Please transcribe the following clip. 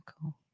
cool